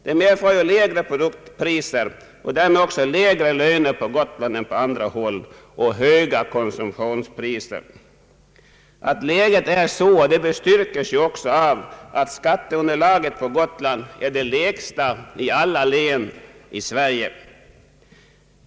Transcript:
Detta medför lägre produktpriser och därmed också lägre löner på Gotland än på andra håll och höga konsumtionspriser. Att läget är sådant bestyrkes av att skatteunderlaget på Got land är det lägsta bland alla län i Sverige.